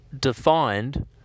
defined